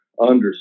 understand